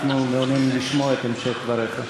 אנחנו מעוניינים לשמוע את המשך דבריך.